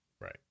right